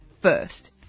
first